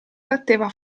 batteva